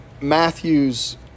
Matthew's